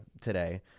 today